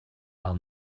are